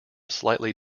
slightly